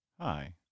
Hi